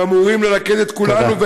שאמורים ללכד את כולנו,